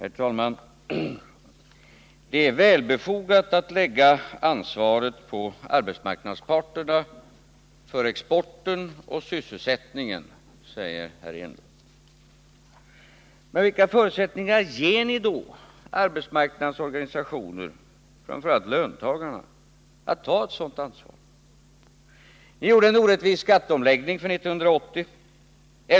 Herr talman! Det är väl befogat att lägga ansvaret för exporten och sysselsättningen på arbetsmarknadsparterna, säger herr Enlund. Men vilka förutsättningar ger ni då arbetsmarknadens organisationer, framför allt löntagarnas, att ta ett sådant ansvar? Ni gjorde en orättvis skatteomläggning för 1980.